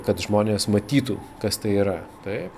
kad žmonės matytų kas tai yra taip